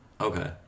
Okay